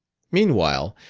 meanwhile,